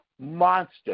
monster